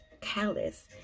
callous